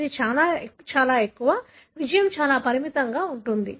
ఇది చాలా చాలా ఎక్కువ విజయం చాలా పరిమితంగా ఉంది